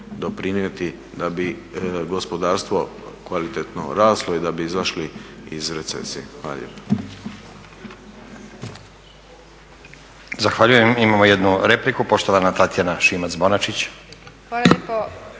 doprinijeti da bi gospodarstvo kvalitetno raslo i da bi izašli iz recesije. Hvala